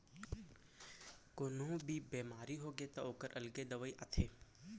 कोनो भी बेमारी होगे त ओखर अलगे दवई आथे